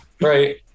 right